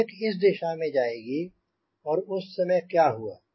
वेक इस दिशा में जाएगी और उस समय क्या हुआ